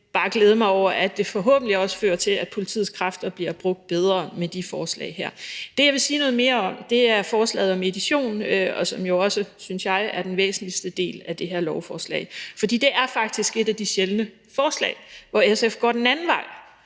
på, men bare glæde mig over, at det forhåbentlig også fører til, at politiets kræfter bliver brugt bedre med de forslag her. Det, jeg vil sige noget mere om, er forslaget om edition, som jo også, synes jeg, er den væsentligste del af det her lovforslag, fordi det faktisk er et af de sjældne forslag, hvor SF går den anden vej